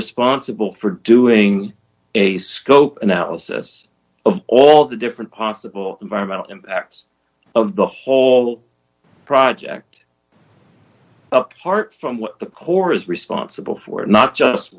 responsible for doing a scope analysis of all the different possible environmental impacts of the whole project apart from what the corps is responsible for not just